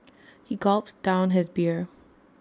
he gulped down his beer